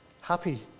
happy